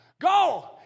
go